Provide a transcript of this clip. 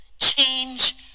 change